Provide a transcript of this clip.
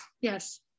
Yes